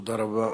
תודה רבה.